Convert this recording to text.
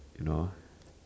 you know